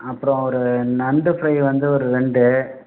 அப்றம் ஒரு நண்டு ஃப்ரை வந்து ஒரு ரெண்டு